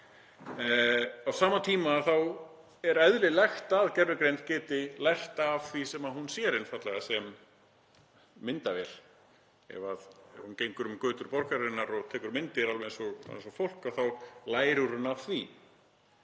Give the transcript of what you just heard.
Á sama tíma er eðlilegt að gervigreind geti lært af því sem hún einfaldlega sér sem myndavél. Ef hún gengur um götur borgarinnar og tekur myndir alveg eins og fólk gerir þá lærir hún af því,